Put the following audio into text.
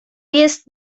jest